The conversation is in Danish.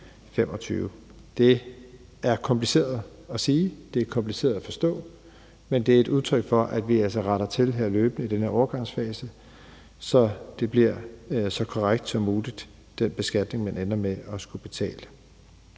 Det er kompliceret at sige, det er kompliceret at forstå, men det er et udtryk for, at vi altså retter til løbende i den her overgangsfase, så den beskatning, man ender med at skulle betale,